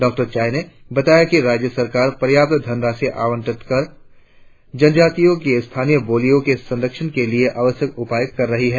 डॉ चाई ने बताया कि राज्य सरकार पर्याप्त धनराशि आवंटित कर जनजातियों की स्थानीय बोलियों के संरक्षण के लिए आवश्यक उपाय कर रही है